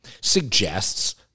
suggests